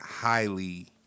highly